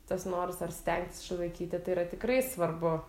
tas noras ar stengtis išlaikyti tai yra tikrai svarbu